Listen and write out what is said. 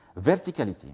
Verticality